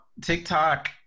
TikTok